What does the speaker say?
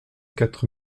quatre